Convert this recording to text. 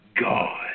God